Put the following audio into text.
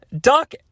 Doc